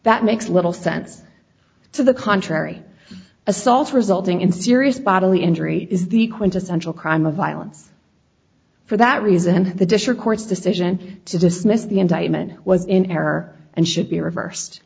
that makes little sense to the contrary assaults resulting in serious bodily injury is the quintessential crime of violence for that reason the district court's decision to dismiss the indictment was in error and should be reversed